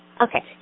Okay